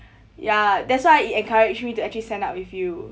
ya that's why it encourage me to actually sign up with you